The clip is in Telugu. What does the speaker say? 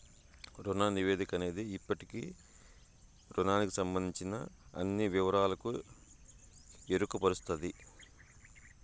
రుణ నివేదిక అనేది ఇప్పటి రుణానికి సంబందించిన అన్ని వివరాలకు ఎరుకపరుస్తది